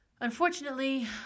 unfortunately